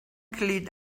clean